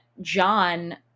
John